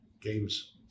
Games